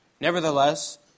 Nevertheless